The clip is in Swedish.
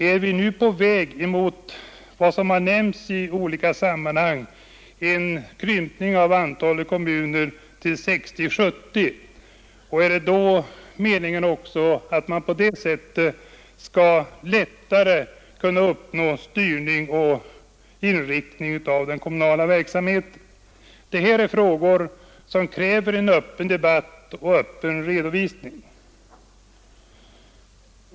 Är vi nu på väg mot vad som har nämnts i olika sammanhang, nämligen en krympning av antalet kommuner till 60 — 70, och är det då meningen att man på det sättet lättare skall kunna uppnå styrning och inriktning av den kommunala verksamheten? Detta är frågor som kräver en öppen debatt och en öppen redovisning.